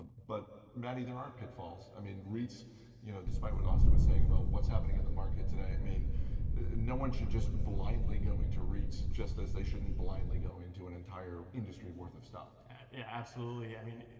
but matty, there are pitfalls. i mean you know despite what austin was saying about what's happening in the market today, i mean no one should just blindly go into reits, just as they shouldn't blindly go into an entire industry worth of stock. argersinger and yeah absolutely. i mean